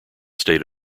state